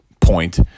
point